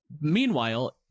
Meanwhile